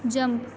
jump